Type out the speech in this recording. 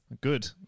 Good